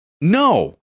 No